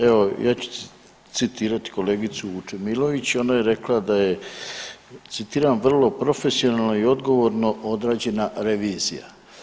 Evo ja ću citirati kolegicu Vučemilović, ona je rekla da je citiram: „Vrlo profesionalno i odgovorno odrađena revizija“